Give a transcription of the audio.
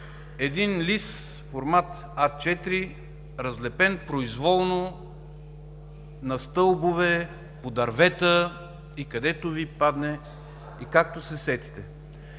лист с формат А4, разлепен произволно на стълбове, по дървета и където Ви падне, и както се сетите.